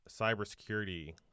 cybersecurity